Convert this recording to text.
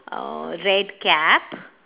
err red cap